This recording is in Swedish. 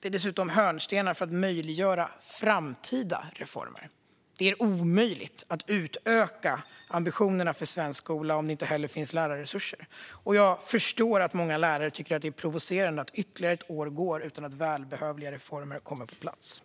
Det är dessutom hörnstenar för att möjliggöra framtida reformer. Det är omöjligt att utöka ambitionerna för svensk skola om det inte finns lärarresurser. Och jag förstår att många lärare tycker att det är provocerande att ytterligare ett år går utan att välbehövliga reformer kommer på plats.